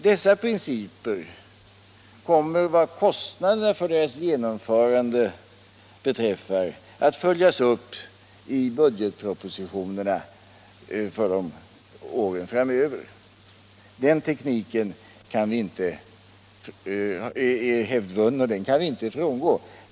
Dessa principer kommer vad kostnaderna för deras genomförande beträffar att följas upp i budgetpropositionerna åren framöver. Den tekniken är hävdvunnen och kan inte frångås.